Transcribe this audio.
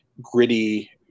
gritty